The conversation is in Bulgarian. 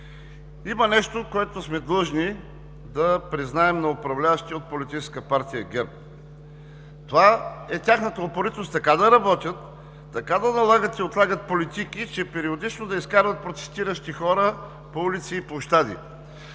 Има нещо, което сме длъжни да признаем на управляващата Политическа партия ГЕРБ. Това е тяхната упоритост така да работят, така да налагат и отлагат политики, че периодично да изкарват протестиращи хора по улици и площади.